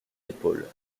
épaule